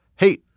Hey